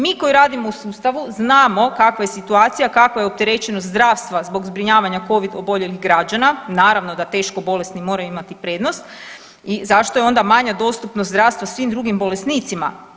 Mi koji radimo u sustavu znamo kakva je situacija i kakva je opterećenost zdravstva zbog zbrinjavanja covid oboljelih građana, naravno da teško bolesti moraju imati prednost i zašto je onda manja dostupnost zdravstva svim drugim bolesnicima.